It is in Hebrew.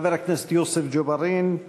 חבר הכנסת יוסף ג'בארין,